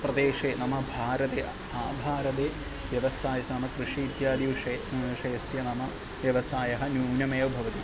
प्रदेशे नाम भारते आभारते व्यवसायः कृषिः इत्यादि विषये विषयस्य नाम व्यवसायः न्यूनमेव भवति